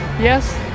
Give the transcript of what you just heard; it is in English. yes